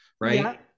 Right